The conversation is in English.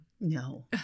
No